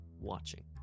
watching